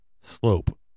slope